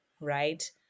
right